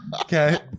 Okay